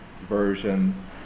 version